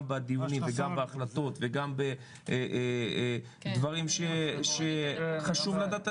גם בדיונים וגם בהחלטות וגם בדברים שחשוב לדעת,